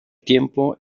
tiempo